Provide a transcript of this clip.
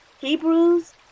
Hebrews